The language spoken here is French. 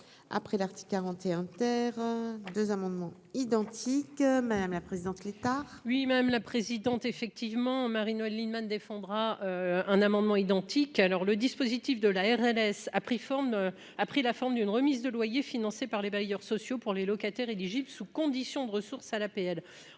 après l'article 41 terre 2 amendements identiques, madame la présidente lit tard. Oui, madame la présidente, effectivement, Marie-Noëlle Lienemann, défendra un amendement identique alors le dispositif de l'ARS a pris forme, a pris la forme d'une remise de loyer financés par les bailleurs sociaux pour les locataires éligibles sous condition de ressources à l'APL,